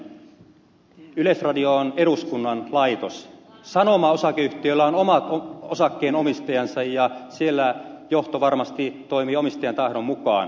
viitanen yleisradio on eduskunnan laitos sanoma osakeyhtiöllä on omat osakkeenomistajansa ja siellä johto varmasti toimii omistajan tahdon mukaan